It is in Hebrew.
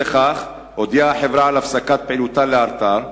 אי-לכך הודיעה החברה על הפסקת פעילותה לאלתר.